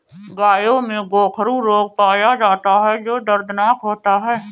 गायों में गोखरू रोग पाया जाता है जो दर्दनाक होता है